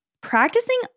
practicing